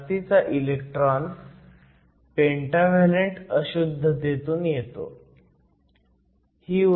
हा जास्तीचा electron pentavalent अशुद्धतेतून येतो